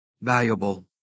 valuable